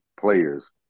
players